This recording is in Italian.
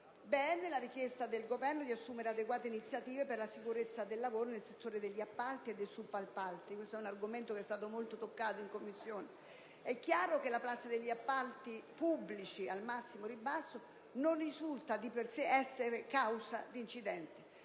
con la proposta del Governo di assumere adeguate iniziative per la sicurezza del lavoro nel settore degli appalti e dei subappalti, un argomento ampiamente affrontato in Commissione, anche se è chiaro che la prassi degli appalti pubblici al massimo ribasso non risulta di per sé causa di incidenti.